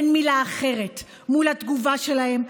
אין מילה אחרת מול התגובה שלהם,